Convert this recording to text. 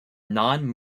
non